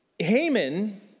Haman